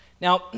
Now